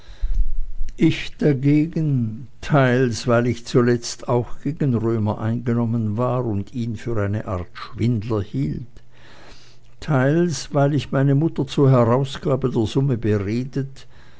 ich dagegen teils weil ich zuletzt auch gegen römer eingenommen war und ihn für eine art schwindler hielt teils weil ich meine mutter zur herausgabe der summe beredet